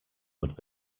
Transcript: would